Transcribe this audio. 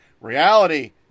Reality